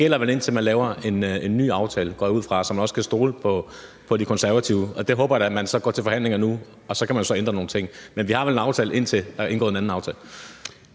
den gælder vel, indtil man laver en ny aftale, går jeg ud fra, så man også kan stole på De Konservative. Og jeg håber da, at man så går til forhandlingerne nu, hvor man jo så kan ændre nogle ting. Men vi har vel en aftale, indtil der er indgået en anden aftale?